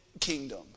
kingdom